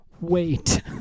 wait